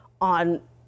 on